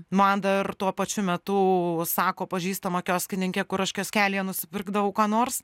man dar tuo pačiu metu sako pažįstamą kioskininkė kur aš kioskelyje nusipirkdavau ką nors